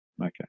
Okay